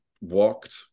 walked